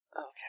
okay